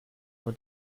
nur